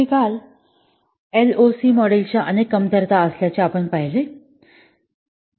आम्ही काल एलओसी मॉडेलच्या अनेक कमतरता असल्याचे आपण पाहिले